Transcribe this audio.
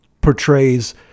portrays